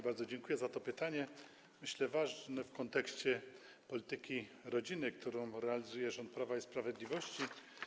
Bardzo dziękuję za to pytanie, myślę, ważne w kontekście polityki rodzinnej, którą realizuje rząd Prawa i Sprawiedliwości.